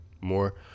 more